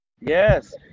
Yes